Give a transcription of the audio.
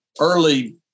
early